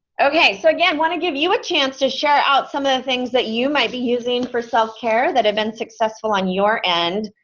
okay, so again want to give you a chance to share out some of the things that you might be using for self-care that have been successful on your end.